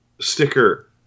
sticker